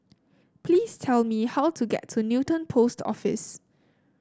please tell me how to get to Newton Post Office